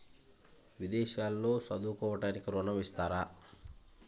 విదేశాల్లో చదువుకోవడానికి ఋణం ఇస్తారా?